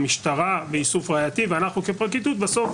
המשטרה באיסוף ראייתי ואנחנו כפרקליטות בסוף,